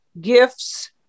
gifts